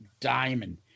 diamond